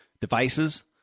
devices